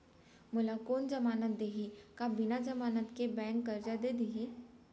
मोला कोन जमानत देहि का बिना जमानत के बैंक करजा दे दिही?